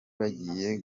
bagiye